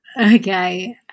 okay